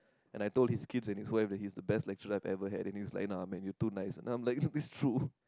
and I told his kids and his wife that he's the best lecturer I've ever had and he's like nah man you too nice and I'm like it's true